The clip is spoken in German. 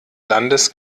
landes